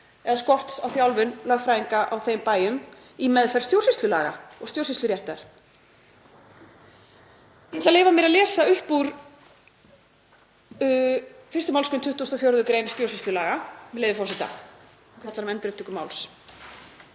eða skorts á þjálfun lögfræðinga á þeim bæjum í meðferð stjórnsýslulaga og stjórnsýsluréttar. Ég ætla að leyfa mér að lesa upp úr 1. mgr. 24. gr. stjórnsýslulaga, með leyfi forseta. Hún fjallar um endurupptöku máls: